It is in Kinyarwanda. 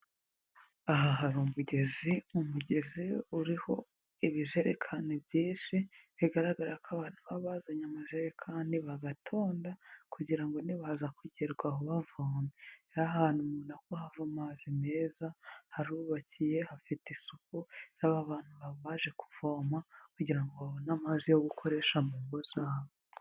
Aha hari umugezi, umugezi uriho ibijerekani byinshi, bigaragara ko abantu baba bazanye amajerekani bagatonda kugira ngo nibaza kugerwaho bavoma, rero aha hantu mubona ko hava amazi meza, harubakiye, hafite isuku, n'aba bantu baba baje kuvoma kugira ngo babone amazi yo gukoresha mu ngo zabo.